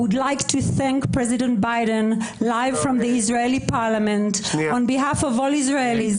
אני רוצה להודות לנשיא ביידן חי מהפרלמנט הישראלי בשמם של כל הישראלים